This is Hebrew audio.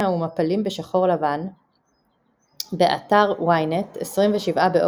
המפל הלבן - גובהו 14 מטרים ונקרא על שם הנביעה מבין סלעי הגיר.